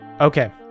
Okay